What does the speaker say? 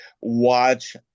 watch